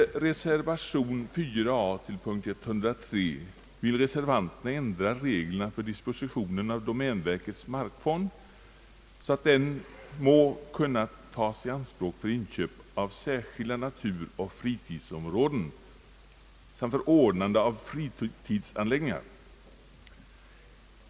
I reservation a vill reservanterna ändra reglerna för dispositionen av domänverkets markfond så att den må kunna tas i anspråk för inköp av särskilda naturoch fritidsområden samt för ordnande av friluftsanläggningar.